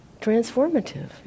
transformative